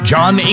John